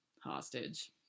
hostage